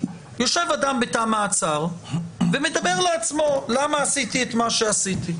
יושב אדם בתא המעצר ומדבר לעצמו ואומר למה עשיתי את מה שעשיתי,